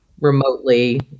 remotely